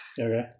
Okay